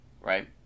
right